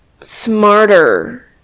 smarter